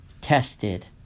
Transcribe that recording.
tested